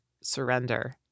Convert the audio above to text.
surrender